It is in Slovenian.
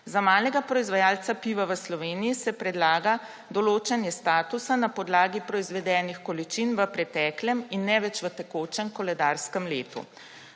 Za malega proizvajalca piva v Sloveniji se predlaga določanje statusa na podlagi proizvedenih količin v preteklem in ne več v tekočem koledarskem letu.